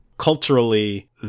Culturally